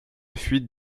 fuite